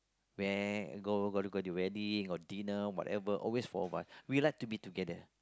where go go go to wedding or dinner whatever always four of us we like to be together